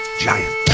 Giant